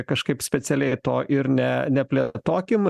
kažkaip specialiai to ir ne neplėtokim